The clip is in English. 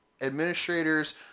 administrators